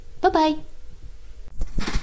Bye-bye